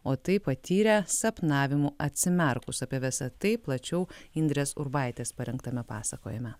o tai patyrę sapnavimu atsimerkus apie visa tai plačiau indrės urbaitės parengtame pasakojime